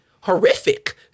horrific